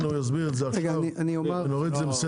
הוא יסביר את זה עכשיו ונוריד את זה מסדר-היום.